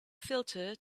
filter